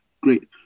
great